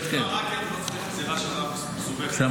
אין חכם כבעל ניסיון --- בהחלט כן, בהחלט כן.